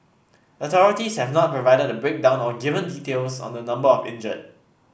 authorities have not provided a breakdown or given details on the number of injured